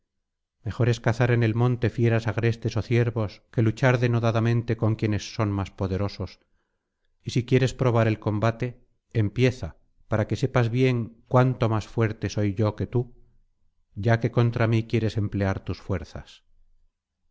mejor es cazar en el monte fieras agrestes ó ciervos que luchar denodadamente con quienes son más poderosos y si quieres probar el combate empieza para que sepas bien cuanto más fuerte soy que tú ya que contra mí quieres emplear tus fuerzas